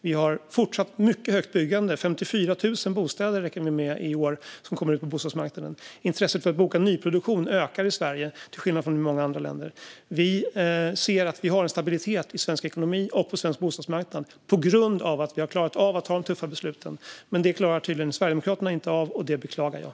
Vi har även fortsättningsvis ett mycket högt byggande - 54 000 bostäder beräknas komma ut på bostadsmarknaden i år. Intresset för att boka nyproduktion ökar i Sverige till skillnad från i många andra länder. Vi ser att vi har en stabilitet i svensk ekonomi och på svensk bostadsmarknad på grund av att vi har klarat av att ta de tuffa besluten. Detta klarar Sverigedemokraterna tydligen inte av, och det beklagar jag.